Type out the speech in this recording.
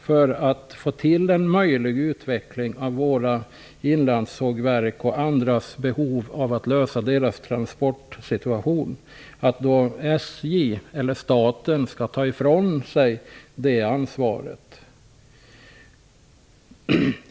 Om man skall få till stånd en möjlig utveckling av inlandssågverk och för att klara av behovet att få transportproblemen lösta, skall då SJ eller staten frånta sig detta ansvar?